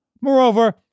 Moreover